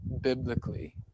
biblically